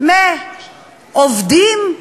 עובדים,